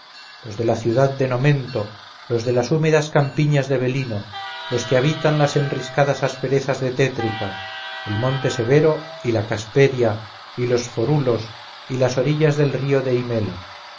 los de la ciudad de nomento los de las húmedas campiñas de velino los que habitan las enriscadas asperezas de tétrica el monte severo y la casperia y los forulos y las orillas del río de himela